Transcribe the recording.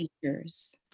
features